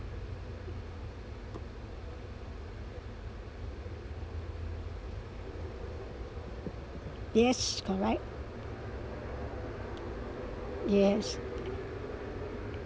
yes correct yes